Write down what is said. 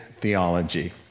theology